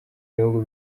ibihugu